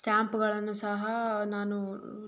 ಸ್ಟ್ಯಾಂಪ್ಗಳನ್ನು ಸಹ ನಾನು